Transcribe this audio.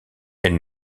elle